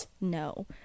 No